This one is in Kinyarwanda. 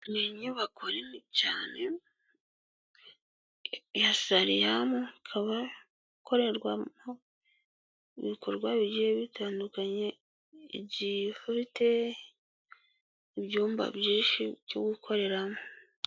Inyubako nini cyane ya sariyamu ikaba ikorerwamo ibikorwa bigiye bitandukanye igiye ifite ibyumba byinshi byo gukoreramo.